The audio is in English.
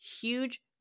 huge